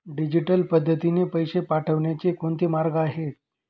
Digital पद्धतीने पैसे पाठवण्याचे कोणते मार्ग आहेत?